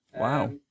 Wow